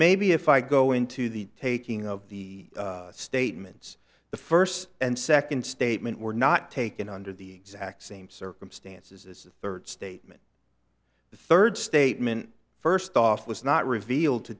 maybe if i go into the taking of the statements the first and second statement were not taken under the exact same circumstances as the third statement the third statement first off was not revealed to